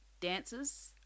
Dancers